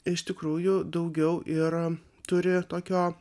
iš tikrųjų daugiau ir turi tokio